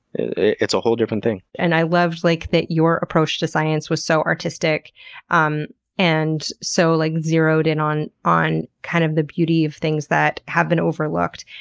it's a whole different thing. and i loved like that your approach to science was so artistic um and so like zeroed in on on kind of the beauty of things that have been overlooked.